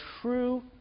true